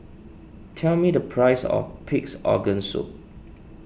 tell me the price of Pig's Organ Soup